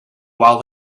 while